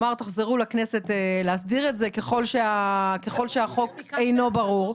תחזרו לכנסת להסדיר את זה ככל שהחוק אינו ברור,